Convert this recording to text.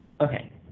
Okay